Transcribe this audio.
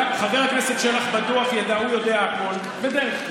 חבר הכנסת שלח בטוח ידע, הוא יודע הכול בדרך כלל,